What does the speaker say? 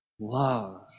love